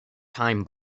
time